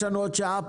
יש לנו עוד שעה,